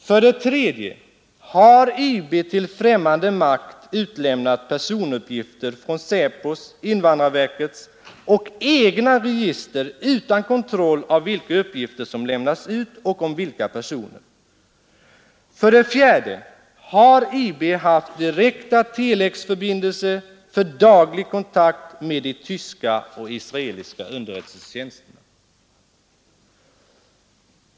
För det tredje: Har IB till ffträmmande makt utläm nat personuppgifter från Säpos, invandrarverkets och egna register utan kontroll av vilka uppgifter som lämnas ut och om vilka personer? För det fjärde: Har IB haft direkta telexförbindelser för daglig kontakt med de tyska och israeliska underrättelsetjänsterna?